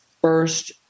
first